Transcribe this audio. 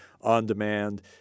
on-demand